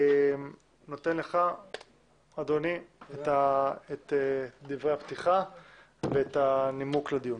נותן לך אדוני את דברי הפתיחה ואת הנימוק לדיון.